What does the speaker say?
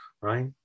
right